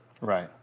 Right